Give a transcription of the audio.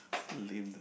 so lame de